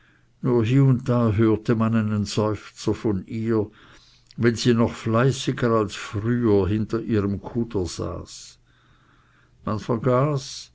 da hörte man einen seufzer von ihr wenn sie noch fleißiger als früher hinter ihrem kuder saß man vergaß